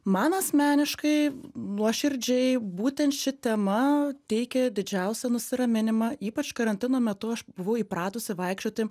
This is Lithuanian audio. man asmeniškai nuoširdžiai būtent ši tema teikia didžiausią nusiraminimą ypač karantino metu aš buvau įpratusi vaikščioti